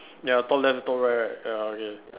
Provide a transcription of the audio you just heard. ya top left top right right ya okay